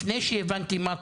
לפני שהבנתי מה קורה,